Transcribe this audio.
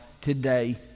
today